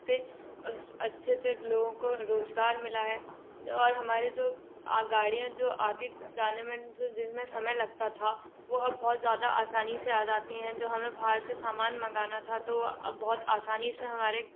फिर उस अच्छे से लोगों को रोज़गार मिला है और हमारे जो गड़ियाँ जो आती जाने में जो दिन मे समय लगता था वो अब बहुत ज़्यादा आसानी से आ जाती हैं जो हमें बाहर से सामान मांगना था तो वह अब बहुत आसानी से हमारे